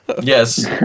Yes